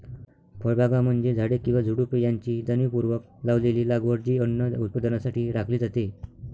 फळबागा म्हणजे झाडे किंवा झुडुपे यांची जाणीवपूर्वक लावलेली लागवड जी अन्न उत्पादनासाठी राखली जाते